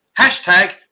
Hashtag